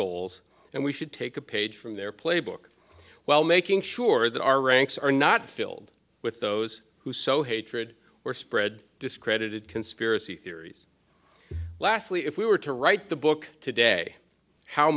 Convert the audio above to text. goals and we should take a page from their playbook while making sure that our ranks are not filled with those who so hatred or spread discredited conspiracy theories lastly if we were to write the book today how